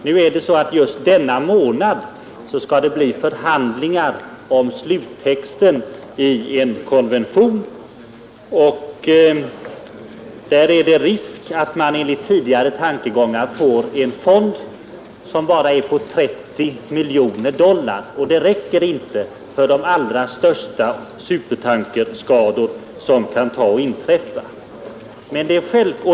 Nu skall det just denna månad bli internationella förhandlingar om sluttexten i en konvention, och där är det risk att man enligt tidigare tankegångar får en fond som bara är på 30 miljoner dollar. Det räcker inte för de allra största supertankerskador som kan inträffa.